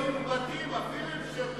אבל לבדואים הורסים בתים אפילו אם הם שירתו